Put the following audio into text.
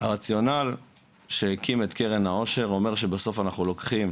הרציונל שהקים את קרן העושר אומר שבסוף אנחנו לוקחים